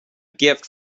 gift